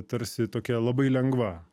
tarsi tokia labai lengva